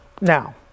Now